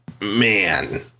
man